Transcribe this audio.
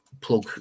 plug